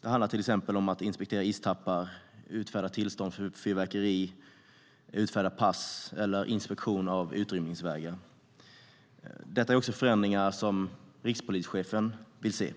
Det handlar till exempel om att inspektera istappar, utfärda tillstånd för fyrverkeri, utfärda pass eller inspektera utrymningsvägar. Detta är också förändringar som rikspolischefen vill se.